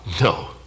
No